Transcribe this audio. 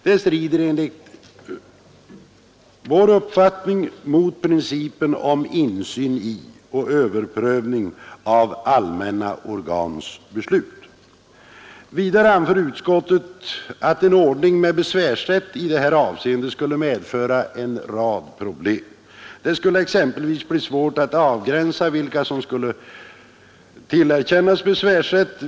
Detta strider enligt vår uppfattning mot principen om insyn i och överprövning av allmänna organs beslut. Vidare anför utskottet att en ordning med besvärsrätt i detta avseende skulle medföra en rad problem. Det skulle exempelvis bli svårt att avgränsa vilka som skulle tillerkännas besvärsrätt.